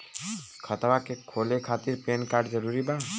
खतवा के खोले खातिर पेन कार्ड जरूरी बा?